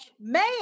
man